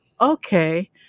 okay